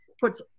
puts